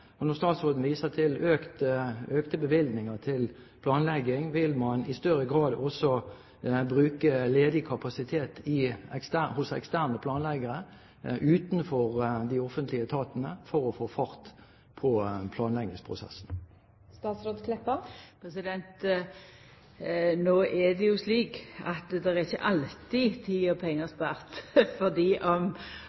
Når statsråden viser til økte bevilgninger til planlegging, vil man i større grad også bruke ledig kapasitet hos eksterne planleggere utenfor de offentlige etatene for å få fart på planleggingsprosessene? No er det jo ikkje alltid slik at ein sparar tid og pengar